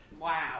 Wow